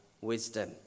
wisdom